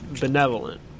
benevolent